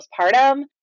postpartum